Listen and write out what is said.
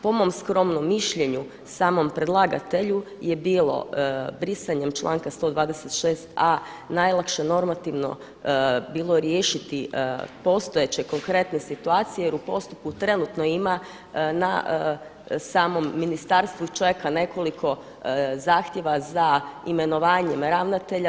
Po mom skromnom mišljenju samom predlagatelju je bilo brisanjem članka 126a. najlakše normativno bilo riješiti postojeće konkretne situacije, jer u postupku trenutno ima na samom ministarstvu čeka nekoliko zahtjeva za imenovanjem ravnatelja.